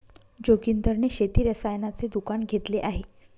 जोगिंदर ने शेती रसायनाचे दुकान घेतले आहे